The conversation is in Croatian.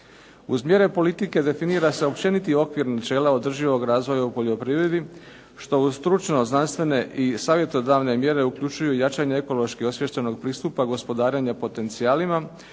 Uz mjere politike definira se općeniti okvir načela održivog razvoja u poljoprivredi što u stručno-znanstvene i savjetodavne mjere uključuju jačanje ekološki osviještenog pristupa gospodarenje potencijalima,